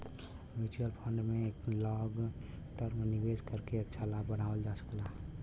mutual fund में long term निवेश करके अच्छा लाभ बनावल जा सकला